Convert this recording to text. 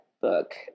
book